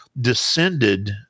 descended